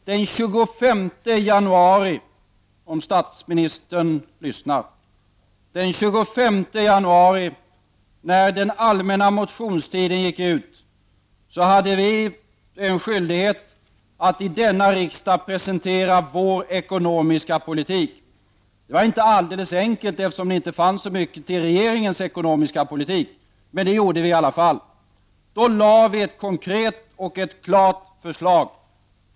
Den 25 januari, när den allmänna motionstiden gick ut, hade vi en skyldighet att i denna riksdag presentera vår ekonomiska politik. Det var inte alldeles enkelt, eftersom det inte fanns så mycket till ekonomisk politik från regeringen. Men det gjorde vi i alla fall. Då framlade vi ett konkret och klart förslag.